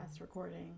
recording